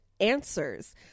Answers